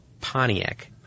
Pontiac